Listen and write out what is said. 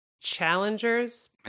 Challenger's